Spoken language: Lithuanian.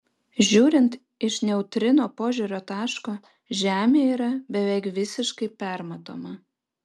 žiūrint iš neutrino požiūrio taško žemė yra beveik visiškai permatoma